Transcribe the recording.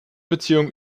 beziehung